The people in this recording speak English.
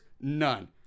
none